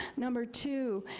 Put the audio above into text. number two,